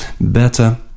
better